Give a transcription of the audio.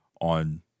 on